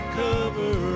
cover